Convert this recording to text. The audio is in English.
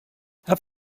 have